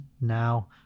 now